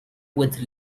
with